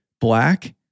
black